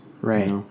Right